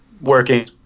working